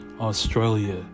australia